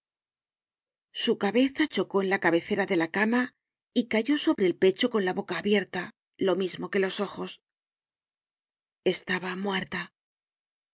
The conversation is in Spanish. su cabeza chocó en la cabecera de la cama y cayó sobre el pecho con la boca abierta lo mismo que los ojos estaba muerta